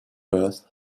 earth